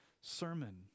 sermon